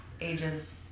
Ages